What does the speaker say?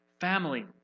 family